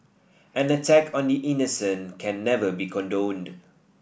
an attack on the innocent can never be condoned